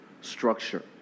structure